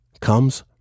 comes